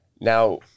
now